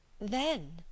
Then